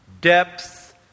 depth